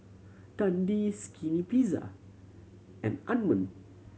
Dundee Skinny Pizza and Anmum